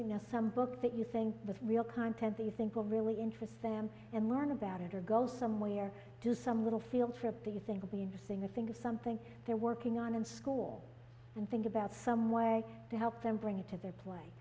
you know some book that you think the real content they think will really interest them and learn about it or go somewhere do some little field trip the thing will be interesting a thing something they're working on in school and think about some way to help them bring it to their play